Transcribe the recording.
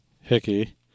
Hickey